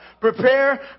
Prepare